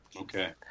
okay